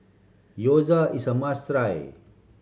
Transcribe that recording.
gyoza is a must try